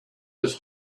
his